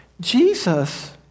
Jesus